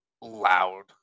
loud